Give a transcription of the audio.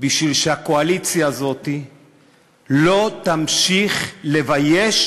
בשביל שהקואליציה הזאת לא תמשיך לבייש